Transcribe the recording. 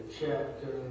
chapter